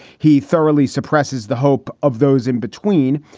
he thoroughly suppresses the hope of those in between.